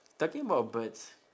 talking about birds